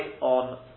on